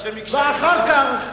ואחר כך